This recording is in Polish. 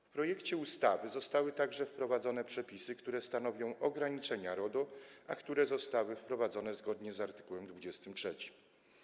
W projekcie ustawy zostały także wprowadzone przepisy, które stanowią ograniczenia RODO, a które zostały wprowadzone zgodnie z art. 23.